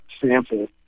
sample